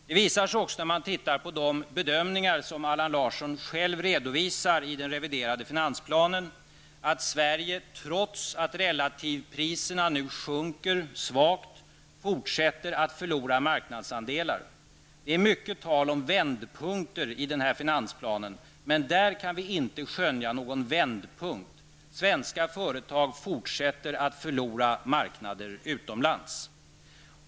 Det visar sig också, när man studerar de bedömningar som Allan Larsson själv redovisar i den reviderade finansplanen att Sverige -- trots att relativpriserna sjunker svagt -- fortsätter att förlora marknadsandelar. Det talas mycket om vändpunkter i finansplanen. Men i det fallet kan vi inte skönja någon vändpunkt; svenska företag fortsätter att förlora marknader utomlands.